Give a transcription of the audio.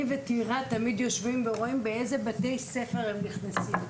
אני וטירה תמיד יושבות ורואות באילו בתי ספר הם נכנסים.